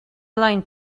aligned